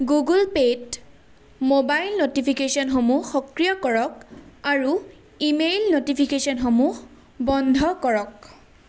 Google পে'ত mobile ন'টিফিকেশ্যনসমূহ সক্ৰিয় কৰক আৰু ইমেইল ন'টিফিকেশ্যনসমূহ বন্ধ কৰক